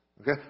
Okay